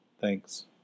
Thanks